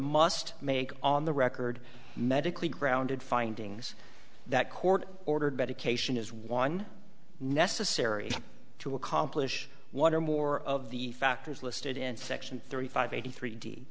must make on the record medically grounded findings that court ordered medication is one necessary to accomplish one or more of the factors listed in section thirty five eighty three d